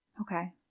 Okay